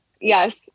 Yes